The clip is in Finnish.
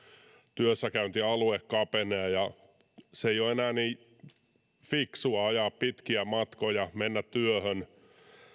työssäkäyntialue kapenee eikä enää ole niin fiksua ajaa pitkiä matkoja ja mennä työhön